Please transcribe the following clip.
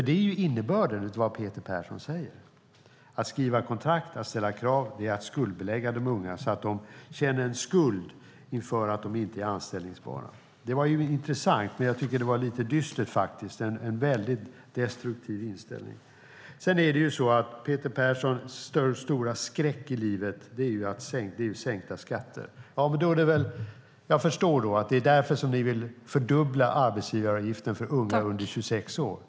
Det är innebörden av vad Peter Persson säger. Att skriva kontrakt och ställa krav är att skuldbelägga de unga, så att de känner skuld för att de inte är anställbara. Det var intressant, men lite dystert, och en väldigt destruktiv inställning. Peter Perssons stora skräck i livet är sänkta skatter. Det gör att jag kan förstå varför ni vill fördubbla arbetsgivaravgiften för unga under 26 år.